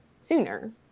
sooner